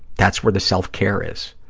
that's where the self-care is.